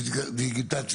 אני פותח את ישיבת הוועדה,